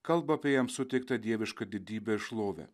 kalba apie jam suteiktą dievišką didybę ir šlovę